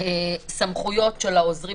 סמכויות של העוזרים